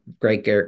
great